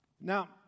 Now